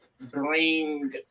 bring